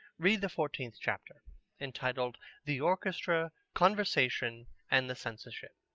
read the fourteenth chapter entitled the orchestra, conversation and the censorship.